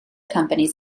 companies